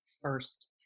first